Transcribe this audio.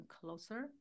closer